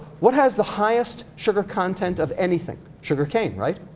what has the highest sugar content of anything? sugar cane, right?